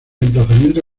emplazamiento